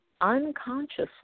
unconsciously